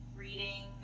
reading